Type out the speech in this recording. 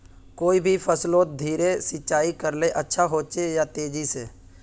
कोई भी फसलोत धीरे सिंचाई करले अच्छा होचे या तेजी से?